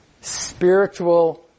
Spiritual